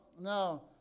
now